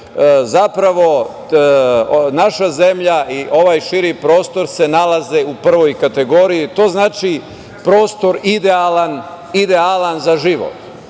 zapravo naša zemlja i ovaj širi prostor se nalaze u prvoj kategoriji, a to znači prostor idealan za život.